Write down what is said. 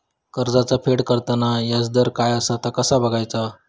कर्जाचा फेड करताना याजदर काय असा ता कसा बगायचा?